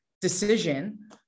decision